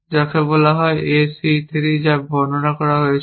যাকে বলা হয় A C 3 যা বর্ণনা করা হয়েছিল